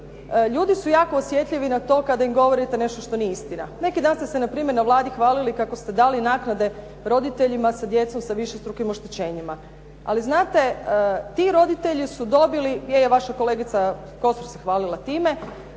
ljudi su jako osjetljivi na to kada im govorite nešto što nije istina. Neki dan ste se npr. na Vladi hvalili kako ste dali naknade roditeljima sa djecom sa višestrukim oštećenjima. Ali znate ti roditelji su dobili, je, je vaša kolegica Kosor se hvalila time,